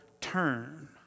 turn